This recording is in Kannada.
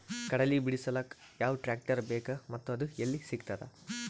ಕಡಲಿ ಬಿಡಿಸಲಕ ಯಾವ ಟ್ರಾಕ್ಟರ್ ಬೇಕ ಮತ್ತ ಅದು ಯಲ್ಲಿ ಸಿಗತದ?